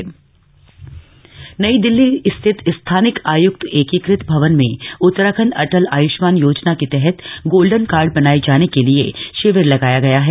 golden card शिविर नई दिल्ली स्थित स्थानिक आय्क्त एकीकृत भवन में उत्तराखण्ड अटल आय्ष्मान योजना के तहत गोल्डन कार्ड बनाये जाने के लिये शिविर लगाया गया है